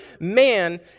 man